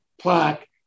plaque